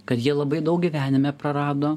kad jie labai daug gyvenime prarado